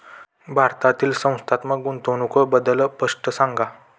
भारतातील संस्थात्मक गुंतवणूक बद्दल स्पष्ट सांगा